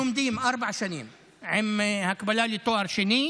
לומדים ארבע שנים עם הקבלה לתואר שני,